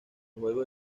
juego